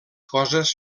coses